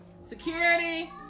Security